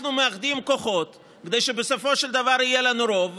אנחנו מאחדים כוחות כדי שבסופו של דבר יהיה לנו רוב,